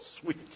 sweet